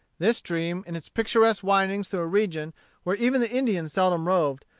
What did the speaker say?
this stream, in its picturesque windings through a region where even the indian seldom roved,